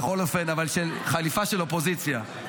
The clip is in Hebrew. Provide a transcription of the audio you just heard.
אבל חליפה של אופוזיציה,